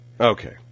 Okay